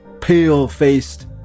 pale-faced